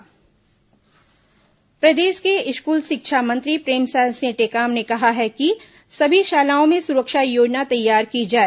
school सुरक्षा योजना प्रदेश के स्कूल शिक्षा मंत्री प्रेमसाय सिंह टेकाम ने कहा कि सभी शालाओं में सुरक्षा योजना तैयार की जाए